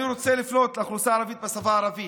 אני רוצה לפנות לאוכלוסייה הערבית בשפה הערבית.